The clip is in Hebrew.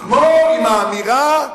כמו באמירה: